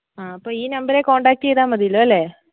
ആ അപ്പം ഈ നമ്പറിൽ കോണ്ടാക്റ്റ് ചെയ്താൽ മതിയല്ലോ അല്ലേ